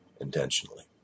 intentionally